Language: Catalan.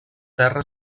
terra